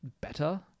better